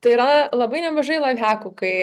tai yra labai nemažai laifhakų kai